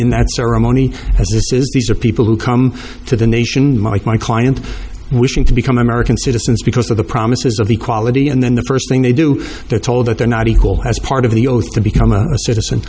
in that ceremony these are people who come to the nation mike my client wishing to become american citizens because of the promises of the quality and then the st thing they do they're told that they're not equal as part of the oath to become a citizen